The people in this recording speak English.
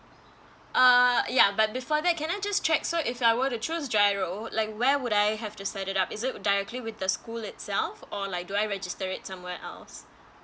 uh ya but before that can I just check so if I were to choose giro like where would I have to set it up is it directly with the school itself or like do I register it somewhere else